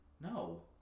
No